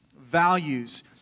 Values